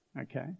okay